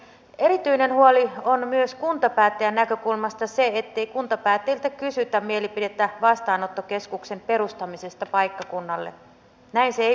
sen tähden olisi kunkin muistettava että yksilöiden toiminnasta itsehillinnästä ja edustajien arvonmukaisesta asiallisuudesta riippuu työmme laatu